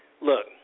look